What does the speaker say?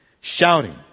shouting